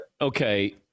Okay